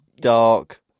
dark